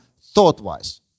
thought-wise